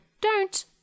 Don't